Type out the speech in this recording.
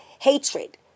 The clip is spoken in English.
hatred